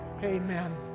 amen